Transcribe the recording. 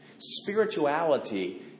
spirituality